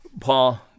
Paul